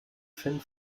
fan